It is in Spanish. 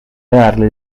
darle